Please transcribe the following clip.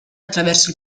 attraverso